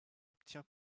obtient